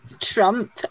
trump